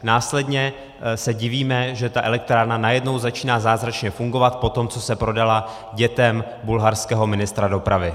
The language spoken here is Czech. Následně se divíme, že ta elektrárna najednou začíná zázračně fungovat poté, co se prodala dětem bulharského ministra dopravy.